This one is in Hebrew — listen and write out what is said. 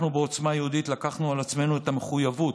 אנחנו בעוצמה יהודית לקחנו על עצמנו את המחויבות,